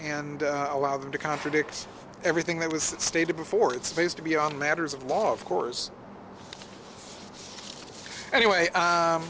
and allow them to contradict everything that was stated before it's supposed to be on matters of law of course anyway